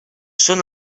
són